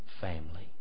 family